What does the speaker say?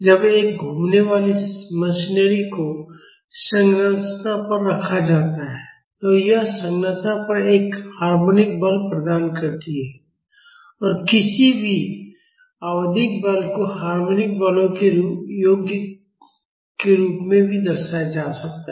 जब एक घूमने वाली मशीनरी को संरचना पर रखा जाता है तो यह संरचना पर एक हार्मोनिक बल प्रदान करती है और किसी भी आवधिक बल को हार्मोनिक बलों के योग के रूप में भी दर्शाया जा सकता है